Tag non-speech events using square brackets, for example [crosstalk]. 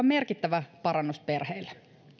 [unintelligible] merkittävä parannus perheille